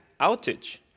outage